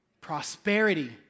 Prosperity